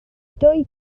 dwy